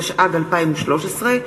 התשע"ג 2013,